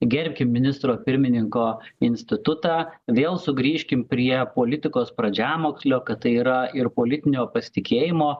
gerbkim ministro pirmininko institutą vėl sugrįžkim prie politikos pradžiamokslio kad tai yra ir politinio pasitikėjimo